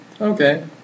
Okay